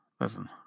listen